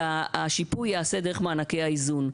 שהשיפוי דרך מענקי האיזון.